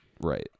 Right